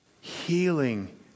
healing